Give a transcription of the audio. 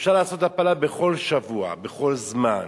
אפשר לעשות הפלה בכל שבוע, בכל זמן,